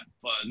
fun